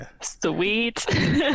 Sweet